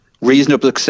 reasonable